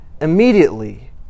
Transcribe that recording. Immediately